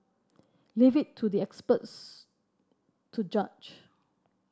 leave it to the experts to judge